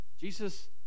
Jesus